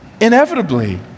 Inevitably